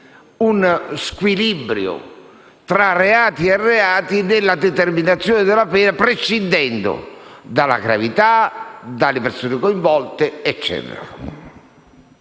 uno squilibrio tra reati e reati, nella determinazione della pena, prescindendo dalla gravità, dalle persone coinvolte e